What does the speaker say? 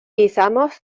izamos